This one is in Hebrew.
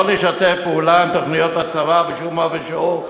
לא לשתף פעולה עם תוכניות הצבא בשום אופן שהוא,